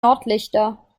nordlichter